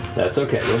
that's okay,